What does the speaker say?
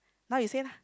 now you say lah